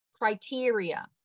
criteria